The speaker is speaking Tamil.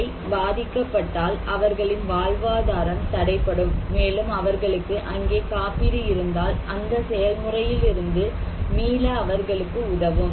அவை பாதிக்கப்பட்டால் அவர்களின் வாழ்வாதாரம் தடைபடும் மேலும் அவர்களுக்கு அங்கே காப்பீடு இருந்தால் அந்த செயல்முறையிலிருந்து மீள அவர்களுக்கு உதவும்